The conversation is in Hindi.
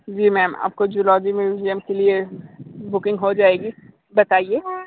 जी मैम आपको जूलॉजी म्यूजियम के लिए बुकिंग हो जाएगी बताइए